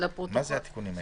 מה זה התיקונים האלה?